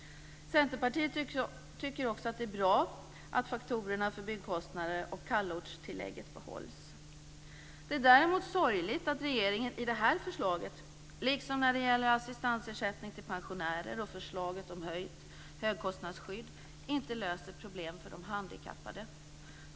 Centerpartiet tycker också att det är bra att faktorerna för byggkostnader och kallortstillägget behålls. Det är däremot sorgligt att regeringen i det här förslaget liksom när det gäller assistansersättning till pensionärer och förslaget om höjt högkostnadsskydd inte löser problemen för de handikappade.